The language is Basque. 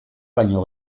baino